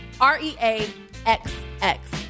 R-E-A-X-X